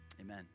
Amen